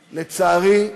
לצערי,